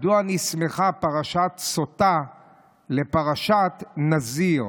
מדוע נסמכה פרשת סוטה לפרשת נזיר?